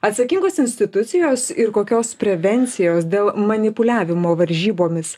atsakingos institucijos ir kokios prevencijos dėl manipuliavimo varžybomis